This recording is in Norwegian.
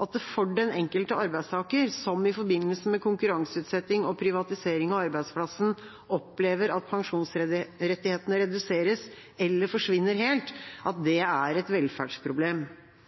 at det for den enkelte arbeidstaker som i forbindelse med konkurranseutsetting og privatisering av arbeidsplassen opplever at pensjonsrettighetene reduseres, eller forsvinner helt, er et velferdsproblem.